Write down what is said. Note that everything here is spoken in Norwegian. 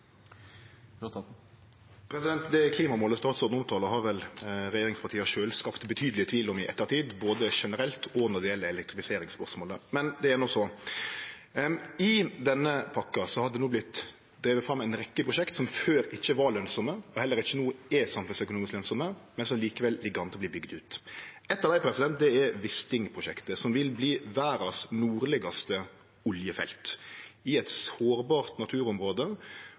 Det klimamålet som statsråden omtalar, har vel regjeringspartia sjølve skapt betydeleg tvil om i ettertid, både generelt og når det gjeld elektrifiseringsspørsmålet. Men det er no så. I denne pakka har det no vorte drivne fram ei rekke prosjekt som før ikkje var lønsame, og som heller ikkje no er samfunnsøkonomisk lønsame, men som likevel ligg an til å verte bygde ut. Eitt av dei er Wisting-prosjektet, som vil verte det nordligaste oljefeltet i verda – i eit sårbart naturområde.